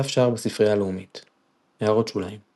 דף שער בספרייה הלאומית == הערות שוליים ==